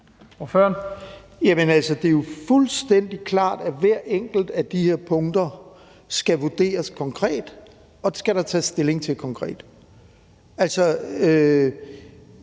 Det er jo fuldstændig klart, at hver enkelt af de her punkter skal vurderes konkret, og at der skal tages stilling til dem konkret.